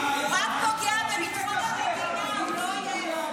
הוא רק פוגע בביטחון המדינה, הוא לא אויב.